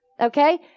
Okay